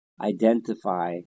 identify